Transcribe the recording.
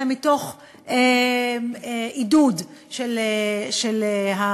אלא מתוך עידוד של המעסיקים,